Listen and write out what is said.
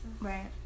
Right